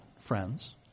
friends